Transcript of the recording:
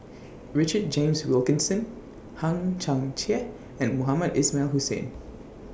Richard James Wilkinson Hang Chang Chieh and Mohamed Ismail Hussain